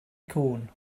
cŵn